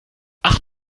ach